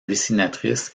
dessinatrice